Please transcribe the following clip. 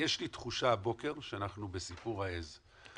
יש לי תחושה הבוקר שאנחנו בסיפור העז.